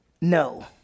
no